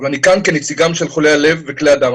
אני כאן כנציגם של חולי הלב וכלי הדם.